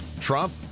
Trump